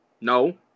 no